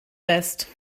west